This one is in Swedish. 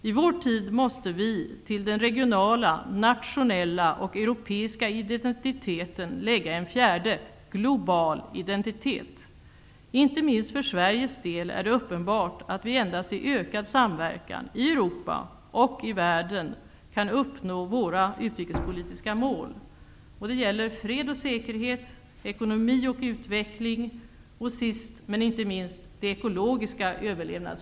I vår tid måste vi till den regionala, nationella och europeiska identiteten lägga en fjärde, global identitet. Inte minst för Sveriges del är det uppenbart att vi endast i ökad samverkan -- i Europa och i världen -- kan uppnå våra utrikespolitiska mål. Det gäller fred och säkerhet, ekonomi och utveckling, och sist men inte minst frågorna som gäller ekologisk överlevnad.